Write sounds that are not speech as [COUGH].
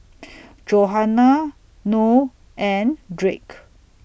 [NOISE] Johannah Noe and Drake